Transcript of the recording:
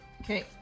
Okay